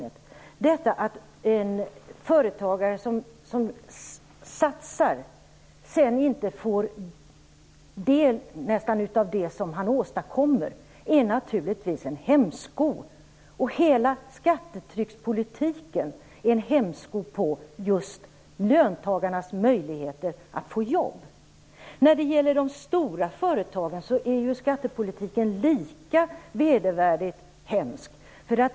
Det faktum att en företagare som satsar nästan inte får del av det han åstadkommer är naturligtvis en hämsko. Hela skattetryckspolitiken är en hämsko på löntagarnas möjligheter att få jobb. När det gäller de stora företagen är skattepolitiken lika vedervärdigt hemsk.